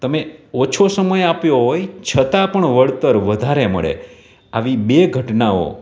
તમે ઓછો સમય આપ્યો હોય છતાં પણ વળતર વધારે મળે આવી બે ઘટનાઓ